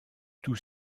tous